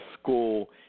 school